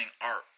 art